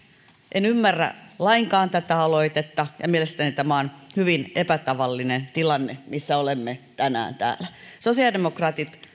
en ymmärrä lainkaan tätä aloitetta ja mielestäni tämä on hyvin epätavallinen tilanne missä olemme tänään täällä sosiaalidemokraatit